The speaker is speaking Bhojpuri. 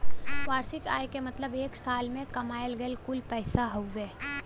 वार्षिक आय क मतलब एक साल में कमायल गयल कुल पैसा हउवे